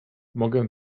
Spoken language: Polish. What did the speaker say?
mogę